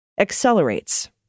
accelerates